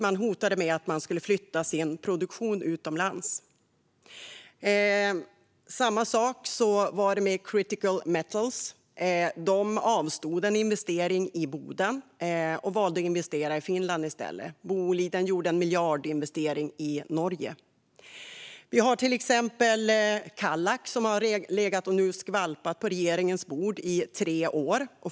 Man hotade med att flytta sin produktion utomlands. Samma sak var det med Critical Metals. De avstod från en investering i Boden och valde att investera i Finland i stället. Boliden gjorde en miljardinvestering i Norge. Vi har till exempel Kallak, som nu har legat och skvalpat på regeringens bord i tre år.